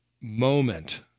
moment